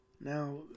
Now